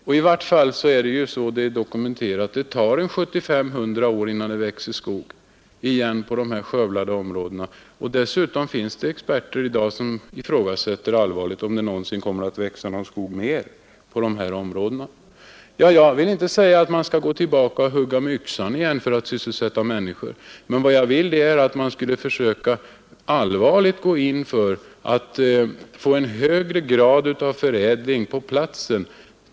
I vart fall tar det — det är dokumenterat — 75—100 år innan det växer skog igen i de här skövlade markerna, och dessutom finns det experter som i dag allvarligt ifrågasätter om det någonsin mer kommer att växa skog där. Jag vill inte säga att man skall börja hugga med yxa igen för att sysselsätta människor, utan vad jag vill är att man verkligen skulle gå in för att få en högre grad av förädling på platsen.